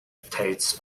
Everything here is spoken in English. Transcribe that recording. tastes